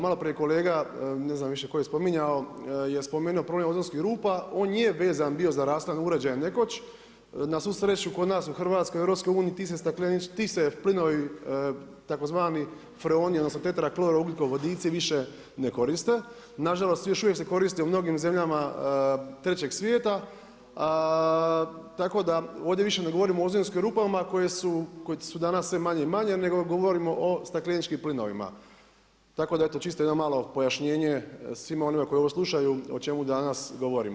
Maloprije je kolega, ne znam više tko je spominjao, je spomenuo problem ozonskih rupa, on je vezan bio za rashladne uređaje nekoć, na svu sreću kod nas u Hrvatskoj, u EU-u, ti se plinovi tzv. freoni odnosno tetraklor ugljikovodici više ne koriste, nažalost, još uvijek se koriste u mnogim zemljama Trećeg svijeta, tako da ovdje više ne govorimo o ozonskim rupama koje su danas sve manje i manje, nego govorimo o stakleničkim plinovima, tako da eto, čisto jedno pojašnjenje svima onima koji ovo slušaju, o čemu danas govorimo.